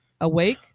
Awake